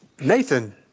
Nathan